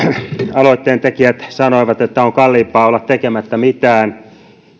aloitteen tekijät sanoivat että on kalliimpaa olla tekemättä mitään